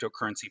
cryptocurrency